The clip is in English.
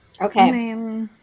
okay